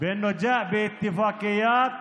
שנתן לכם הוראה להצביע נגד,